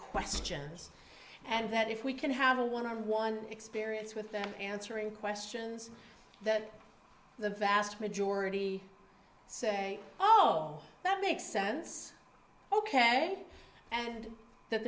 questions and that if we can have a one on one experience with them answering questions that the vast majority say that makes sense ok and that